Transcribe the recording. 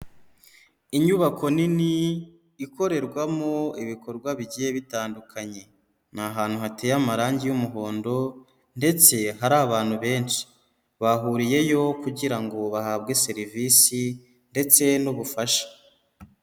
Inyubako nini ikorerwamo ibikorwa bigiye bitandukanye, ni ahantu hateye amarangi y'umuhondo, ndetse hari abantu benshi, bahuriyeyo kugira ngo bahabwe serivisi ndetse n'ubufasha.